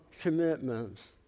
commitments